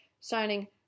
Signing